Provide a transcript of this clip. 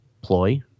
ploy